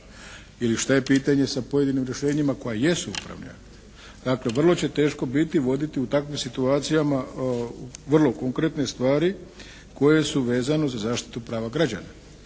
ili šta je pitanje sa pojedinim rješenjima koja jesu upravni akti. Dakle vrlo će teško biti voditi u takvim situacijama vrlo konkretne stvari koje su vezano za zaštitu prava građana.